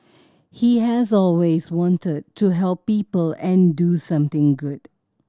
he has always wanted to help people and do something good